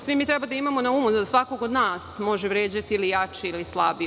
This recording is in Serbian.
Svi mi treba da imamo na umu da svakog od nas može vređati ili jači ili slabiji.